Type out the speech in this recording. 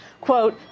quote